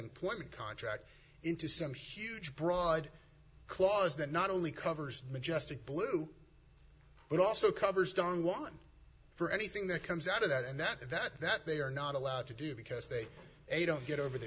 employment contract into some huge broad clause that not only covers majestic blue but also covers don juan for anything that comes out of that and that that that they are not allowed to do because they don't get over the